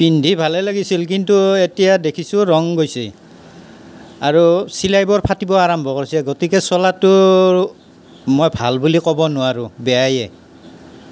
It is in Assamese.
পিন্ধি ভালেই লাগিছিল কিন্তু এতিয়া দেখিছোঁ ৰং গৈছে আৰু চিলাইবোৰ ফাটিব আৰম্ভ কৰিছে গতিকে চোলাটো মই ভাল বুলি কব নোৱাৰোঁ বেয়ায়েই